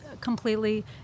completely